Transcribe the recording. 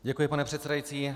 Děkuji, pane předsedající.